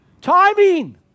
Timing